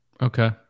Okay